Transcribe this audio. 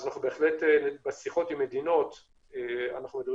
אז בהחלט בשיחות עם מדינות אנחנו מדברים